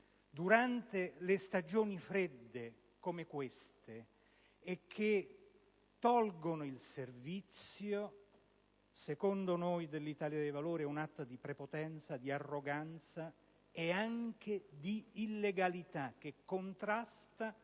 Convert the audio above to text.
durante le stagioni fredde come questa tolgano il servizio, secondo noi dell'Italia dei Valori è un atto di prepotenza, di arroganza e anche di illegalità, che contrasta